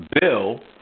Bill